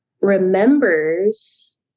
remembers